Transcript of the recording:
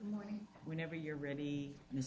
morning whenever you're ready